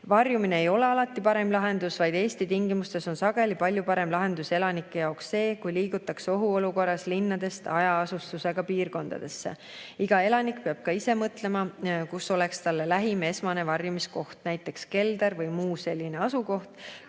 Varjumine ei ole alati parim lahendus, vaid Eesti tingimustes on sageli palju parem lahendus elanike jaoks see, kui ohuolukorras liigutakse linnadest hajaasustusega piirkondadesse. Iga elanik peab ka ise mõtlema, kus oleks talle lähim esmane varjumiskoht, näiteks kelder või muu selline koht,